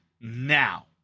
now